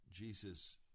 Jesus